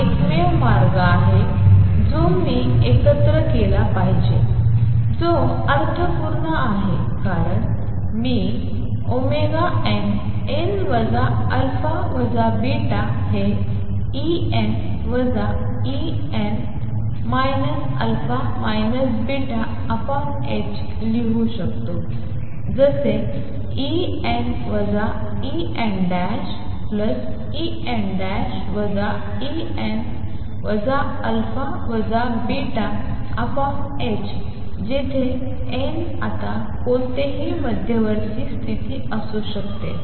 हा एकमेव मार्ग आहे जो मी एकत्र केला पाहिजे जो अर्थपूर्ण आहे कारण मी nn α β हे En En α βℏ लिहू शकतो जसे En EnEn En α βℏ जेथे n आता कोणतेही मध्यवर्ती स्तिथी असू शकते